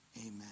amen